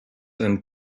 and